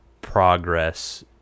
progress